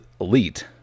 elite